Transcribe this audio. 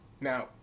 Now